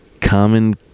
common